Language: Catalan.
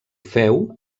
féu